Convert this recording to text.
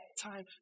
time